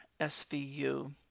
SVU